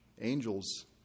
angels